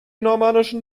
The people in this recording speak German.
normannischen